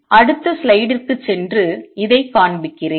அடுத்த ஸ்லைடிற்குச் சென்று இதைக் காண்பிக்கிறேன்